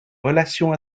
relations